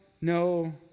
no